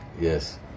Yes